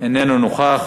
איננו נוכח.